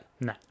No